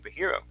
superhero